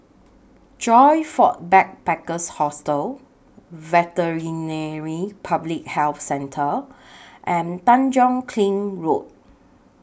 Joyfor Backpackers' Hostel Veterinary Public Health Centre and Tanjong Kling Road